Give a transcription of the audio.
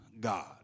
God